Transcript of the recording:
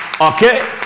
Okay